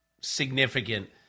significant